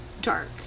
dark